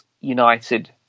United